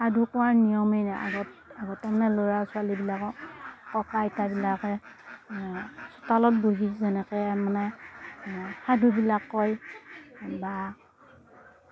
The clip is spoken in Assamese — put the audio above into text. সাধু কোৱাৰ নিয়মে নাই আগত আগতে মানে ল'ৰা ছোৱালীবিলাকক ককা আইতাবিলাকে চোতালত বহি যেনেকে মানে সাধুবিলাক কয় বা